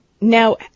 Now